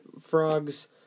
frogs